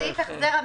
סעיף החזר המקדמות,